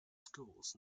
schools